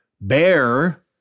bear